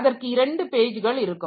அதற்கு இரண்டு பேஜ்கள் இருக்கும்